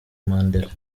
mandela